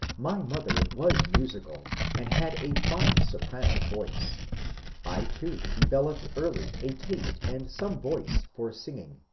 my mother was musical and had a fine soprano voice i too developed early a taste and some voice for singing.